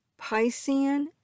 Piscean